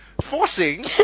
forcing